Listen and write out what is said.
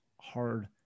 hard